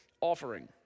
offering